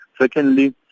Secondly